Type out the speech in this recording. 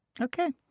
Okay